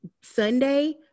Sunday